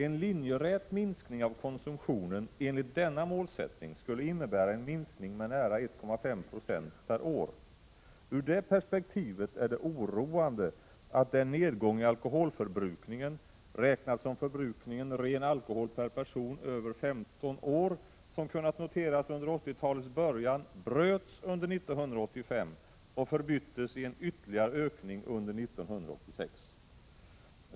En linjerät minskning av konsumtionen enligt denna målsättning skulle innebära en minskning med nära 1,5 96 per år. Ur det perspektivet är det oroande att den nedgång i alkoholförbrukningen, räknat som förbrukningen ren alkohol per person över 15 år, som kunnat noteras under 80-talets början bröts under 1985 och förbyttes i en ytterligare ökning under 1986.